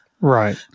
Right